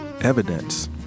evidence